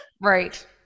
right